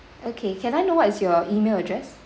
okay can I know what is your email address